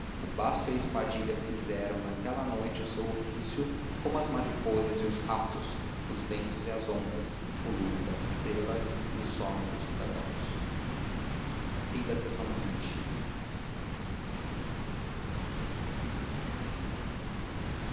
o basto e a espadilha fizeram naquela noite o seu ofício como as mariposas e os ratos os ventos e as ondas o lume das estrelas e o sono dos cidadãos lxvii a